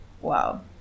Wow